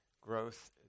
growth